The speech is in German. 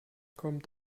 kommt